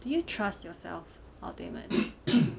do you trust yourself ultimately